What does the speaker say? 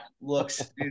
looks